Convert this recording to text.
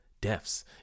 deaths